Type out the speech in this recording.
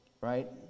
right